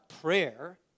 Prayer